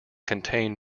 contain